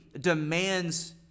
demands